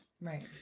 Right